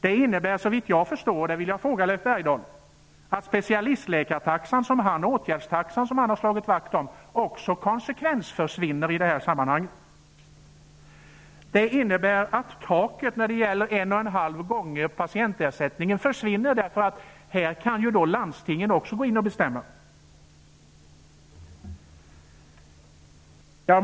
Det innebär, såvitt jag förstår, att den åtgärdstaxa för specialistläkare som Leif Bergdahl har slagit vakt om i sammanhanget också försvinner som en konsekvens av detta -- jag vill fråga Leif Bergdahl om det. Det innebär att taket på en och en halv gånger patientersättning försvinner, eftersom landstingen kan gå in och betämma.